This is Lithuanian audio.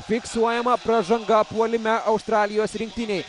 fiksuojama pražanga puolime australijos rinktinei